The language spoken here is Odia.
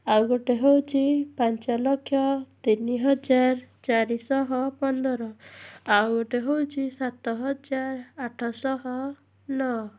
ଆଉ ଗୋଟେ ହେଉଛି ପାଞ୍ଚ ଲକ୍ଷ ତିନି ହଜାର ଚାରିଶହ ପନ୍ଦର ଆଉ ଗୋଟେ ହେଉଛି ସାତ ହଜାର ଆଠଶହ ନଅ